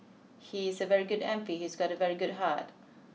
he's a very good M P he's got a very good heart